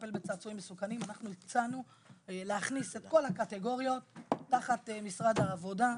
אנחנו הצענו להכניס את כל הקטגוריות תחת משרד העבודה,